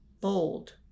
bold